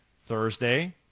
Thursday